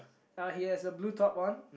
uh he has a blue top on